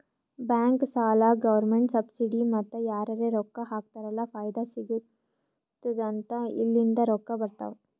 bank, ಸಾಲ, government subsidy ಮತ್ತ ಯಾರರೇ ರೊಕ್ಕಾ ಹಾಕ್ತಾರ್ ಅಲ್ಲ ಫೈದಾ ಸಿಗತ್ತುದ್ ಅಂತ ಇಲ್ಲಿಂದ್ ರೊಕ್ಕಾ ಬರ್ತಾವ್